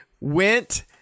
went